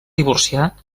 divorciar